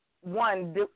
one